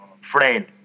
friend